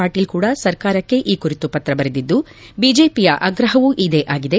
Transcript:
ಪಾಟೀಲ್ ಕೂಡ ಸರ್ಕಾರಕ್ಕೆ ಈ ಕುರಿತು ಪತ್ರ ಬರೆದಿದ್ದು ಬಿಜೆಪಿಯ ಆಗ್ರಹವೂ ಇದೇ ಆಗಿದೆ